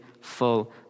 full